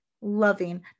loving